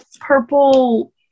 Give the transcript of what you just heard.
purple